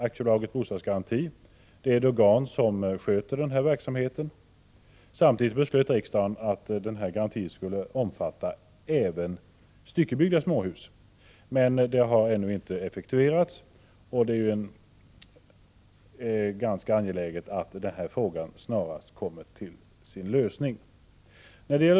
Aktiebolaget Bostadsgaranti är det organ som sköter denna verksamhet. Samtidigt beslöt riksdagen att denna garanti skall omfatta även styckebyggda småhus. Detta beslut har ännu inte effektuerats, men det är ganska angeläget att denna fråga snarast kommer till sin lösning.